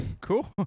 Cool